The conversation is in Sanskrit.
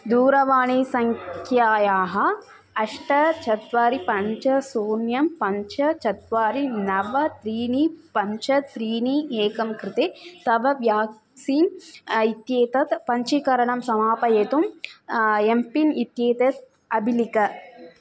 दूरवाणीसङ्ख्यायाः अष्ट चत्वारि पञ्च शून्यं पञ्च चत्वारि नव त्रीणि पञ्च त्रीणि एकं कृते तव व्याक्सीन् इत्येतत् पञ्जीकरणं समापयितुम् एम् पिन् इत्येतत् अभिख